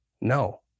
No